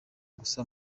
gusa